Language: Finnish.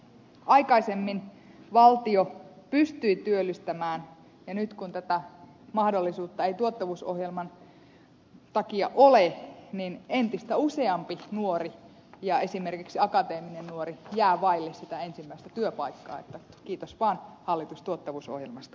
aikaisemmin valtio pystyi työllistämään ja nyt kun tätä mahdollisuutta ei tuottavuusohjelman takia ole entistä useampi nuori ja esimerkiksi akateeminen nuori jää vaille sitä ensimmäistä työpaikkaa niin että kiitos vaan hallitus tuottavuusohjelmasta